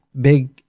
big